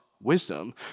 Wisdom